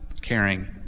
caring